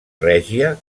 règia